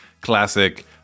classic